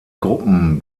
gruppen